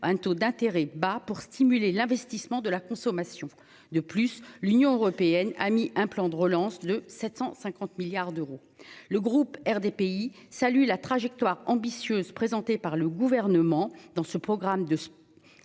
un taux d'intérêts bas pour stimuler l'investissement de la consommation de plus l'Union européenne a mis un plan de relance de 750 milliards d'euros le groupe RDPI salue la trajectoire ambitieuse présentée par le gouvernement dans ce programme de.